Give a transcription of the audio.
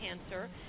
cancer